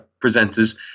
presenters